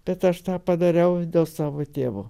bet aš tą padariau dėl savo tėvo